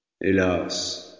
Hélas